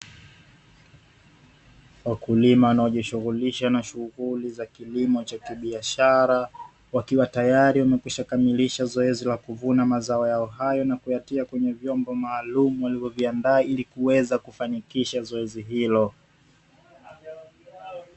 Wakulima wanaojishughulisha na shughuli za kilimo cha kibiashara, wakiwa tayari wamekwishakamilisha zoezi la kuvuna mazao yao hayo, na kuyatia kwenye vyombo maalumu walivyoviandaa ili kuweza kufanikisha zoezi hilo.